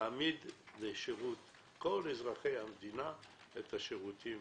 להעמיד לשירות כל אזרחי המדינה את השירותים